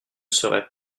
seraient